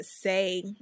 say